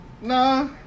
nah